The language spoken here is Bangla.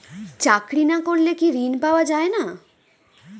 চাকরি না করলে কি ঋণ পাওয়া যায় না?